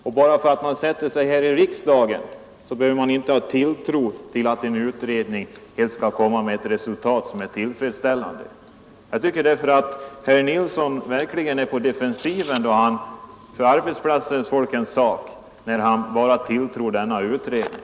Enbart för att man sitter i riksdagen behöver man inte förlita sig på att varje utredning skall framlägga ett arbetsresultat som är tillfredsställande. Därför tycker jag att herr Nilsson är på defensiven, när han för det arbetande folkets talan enbart genom att tro på denna utredning.